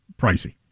pricey